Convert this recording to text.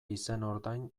izenordain